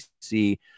see